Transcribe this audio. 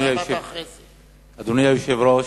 אדוני היושב-ראש,